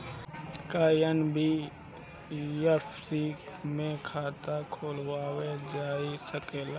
का एन.बी.एफ.सी में खाता खोलवाईल जा सकेला?